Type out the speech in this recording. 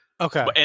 Okay